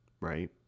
right